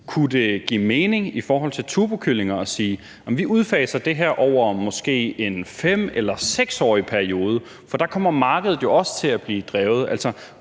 Kunne det give mening i forhold til turbokyllinger at sige, at vi udfaser det her over en måske 5-årig eller 6-årig periode, for der kommer markedet jo også til at blive drevet?